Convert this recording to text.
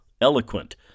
eloquent